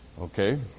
Okay